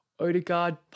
Odegaard